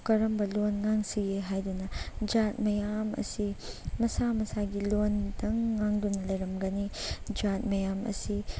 ꯀꯔꯝꯕ ꯂꯣꯟ ꯉꯥꯡꯁꯤꯒꯦ ꯍꯥꯏꯗꯨꯅ ꯖꯥꯠ ꯃꯌꯥꯝ ꯑꯁꯤ ꯃꯁꯥꯒꯤ ꯂꯣꯟꯇꯪ ꯉꯥꯡꯗꯨꯅ ꯂꯩꯔꯝꯒꯅꯤ ꯖꯥꯠ ꯃꯌꯥꯝ ꯑꯁꯤ